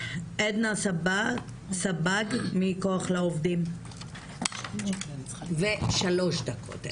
לעדנה סבג "מכוח לעובדים", ושלוש דקות.